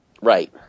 Right